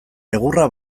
egurra